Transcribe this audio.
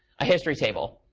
a history table.